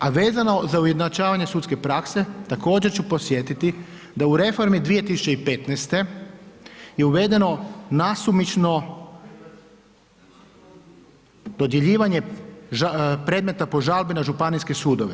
A vezano za ujednačavanje sudske prakse, također ću podsjetiti da u reformi 2015. je uvedeno nasumično dodjeljivanje predmeta po žalbi na županijske sudove.